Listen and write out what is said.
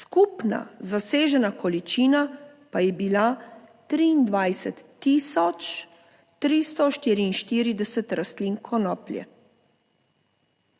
skupna zasežena količina pa je bila 23 tisoč 344 rastlin konoplje.